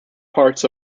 parts